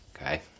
Okay